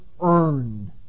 earned